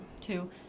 Two